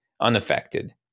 unaffected